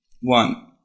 one